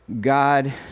God